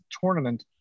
tournament